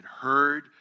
heard